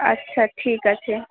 আচ্ছা ঠিক আছে